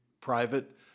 private